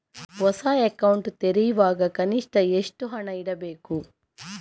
ಹೊಸ ಅಕೌಂಟ್ ತೆರೆಯುವಾಗ ಕನಿಷ್ಠ ಎಷ್ಟು ಹಣ ಇಡಬೇಕು?